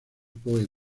poe